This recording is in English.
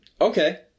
okay